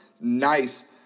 nice